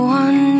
one